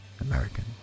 American